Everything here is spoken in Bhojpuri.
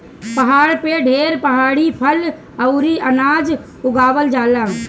पहाड़ पे ढेर पहाड़ी फल अउरी अनाज उगावल जाला